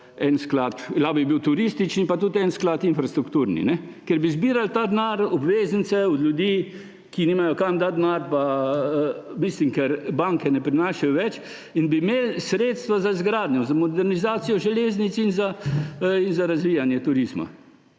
en sklad – lahko bi bil turistični, pa tudi en sklad – infrastrukturni, ker bi zbirali ta denar, obveznice od ljudi, ki nimajo kam dati denarja, ker banke ne prinašajo več. In bi imeli sredstva za izgradnjo, za modernizacijo železnic in za razvijanje turizma.